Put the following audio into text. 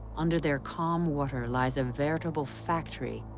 under their calm waters lies a veritable factory,